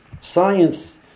Science